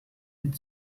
with